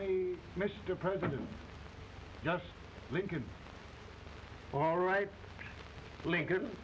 me mr president just lincoln all right lincoln